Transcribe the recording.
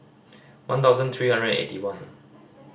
one thousand three hundred and eighty one